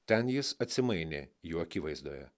ten jis atsimainė jų akivaizdoje